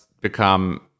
become